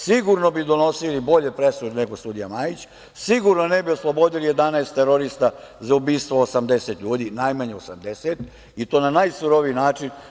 Sigurno bi donosili bolje presude nego sudija Majić, sigurno da ne bi oslobodili 11 terorista za ubistvo najmanje 80 ljudi i to na najsuroviji način.